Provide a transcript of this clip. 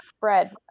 bread